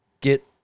get